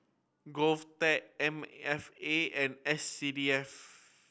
GovTech M F A and S C D F